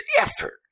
effort